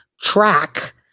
track